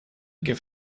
give